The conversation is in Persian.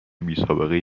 بیسابقهای